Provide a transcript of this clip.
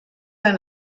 han